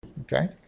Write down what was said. Okay